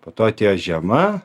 po to atėjo žiema